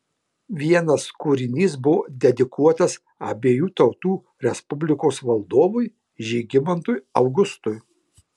vienas kūrinys buvo dedikuotas abiejų tautų respublikos valdovui žygimantui augustui